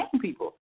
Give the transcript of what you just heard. people